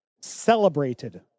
celebrated